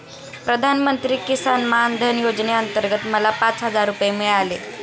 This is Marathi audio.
प्रधानमंत्री किसान मान धन योजनेअंतर्गत मला पाच हजार रुपये मिळाले